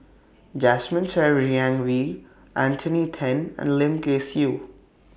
Jasmine Ser Xiang Wei Anthony Then and Lim Kay Siu